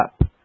up